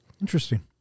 Interesting